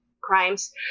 crimes